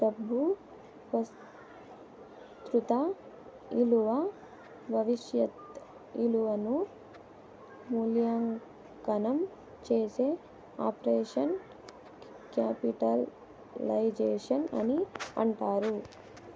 డబ్బు ప్రస్తుత ఇలువ భవిష్యత్ ఇలువను మూల్యాంకనం చేసే ఆపరేషన్ క్యాపిటలైజేషన్ అని అంటారు